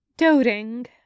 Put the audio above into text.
Doting